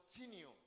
continue